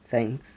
thanks